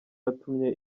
yatumye